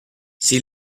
sie